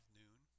noon